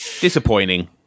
Disappointing